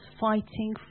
fighting